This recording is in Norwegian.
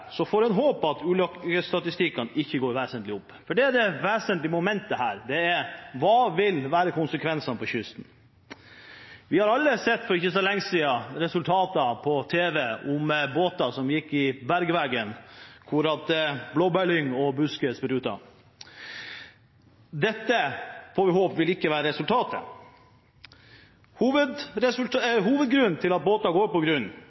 så måte vil bidra i sterkere grad til at man kan få mer over på kjøl. Når storsamfunnet gir rederinæringen den tilliten som en lemping på farledsbevisordningen vil være, får en håpe at ulykkesstatistikkene ikke går vesentlig opp. For det vesentlige momentet her er: Hva vil være konsekvensene for kysten? Vi har alle sett, for ikke så lenge siden, resultater på TV om båter som gikk i bergveggen, hvor blåbærlyng og